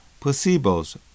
Placebos